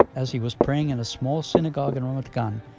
as he was praying in a small synagogue in ramat gan,